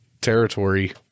territory